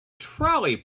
trolley